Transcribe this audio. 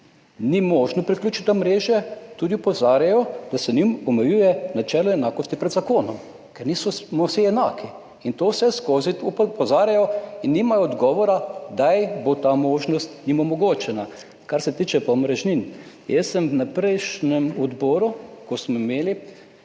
ne morejo priključiti na omrežje, tudi opozarjajo, da se njim omejuje načelo enakosti pred zakonom, ker nismo vsi enaki. Na to vseskozi opozarjajo in nimajo odgovora, kdaj jim bo ta možnost omogočena. Kar se pa tiče omrežnin. Jaz sem na prejšnjem odboru, ki smo ga imeli,